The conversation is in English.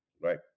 Right